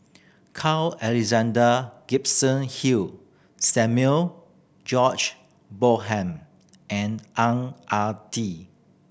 Carl Alexander Gibson Hill Samuel George Bonham and Ang Ah Tee